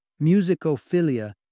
Musicophilia